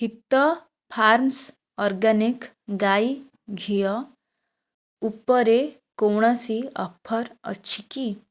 ହିତ farms organic ଗାଈ ଘିଅ ଉପରେ କୌଣସି ଅଫର୍ ଅଛି କି